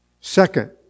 Second